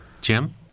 Jim